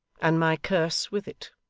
and my curse with it.